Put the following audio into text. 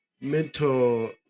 mental